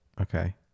Okay